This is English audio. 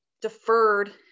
deferred